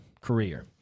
career